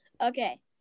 okay